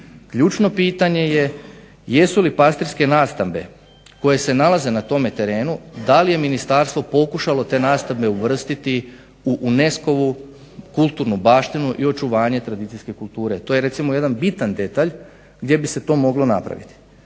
Ključno pitanje je jesu li pastirske nastambe koje se nalaze na tome terenu da li je ministarstvo pokušalo te nastambe uvrstiti u UNESCO-vu kulturnu baštinu i očuvanje tradicijske kulture. To je recimo jedan bitan detalj gdje bi se to moglo napraviti.